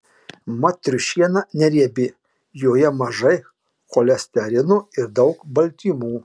mat triušiena neriebi joje mažai cholesterino ir daug baltymų